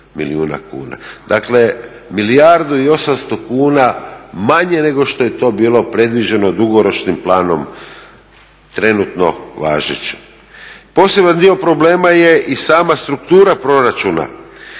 Dakle, milijardu i 800 kuna manje nego što je to bilo predviđeno dugoročnim planom trenutno važećim. Poseban dio problema je i sama struktura proračuna